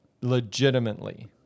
legitimately